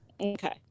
Okay